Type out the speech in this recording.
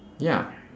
ya